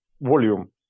volume